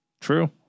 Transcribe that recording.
True